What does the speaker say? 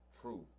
truth